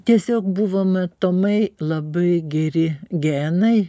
tiesiog buvo matomai labai geri genai